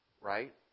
right